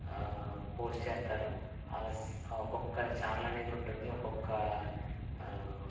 post చేస్తారు అలస్ ఒక్కొక్క ఛానల్ అనేది ఉంటుంది ఒక్కొక్క